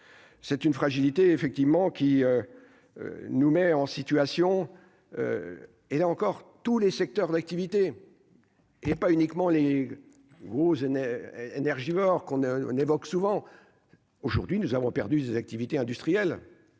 C'est une fragilité effectivement qui nous met en situation, et là encore, tous les secteurs d'activité et pas uniquement les roses n'est énergivore qu'on a, on évoque souvent, aujourd'hui, nous avons perdu, activités industrielles